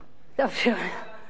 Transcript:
תאפשר לה לסיים.